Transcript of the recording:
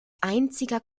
einziger